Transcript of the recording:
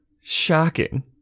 shocking